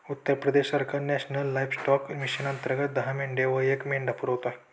उत्तर प्रदेश सरकार national livestock mission अंतर्गत दहा मेंढ्या आणि एक मेंढा पुरवते